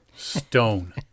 Stone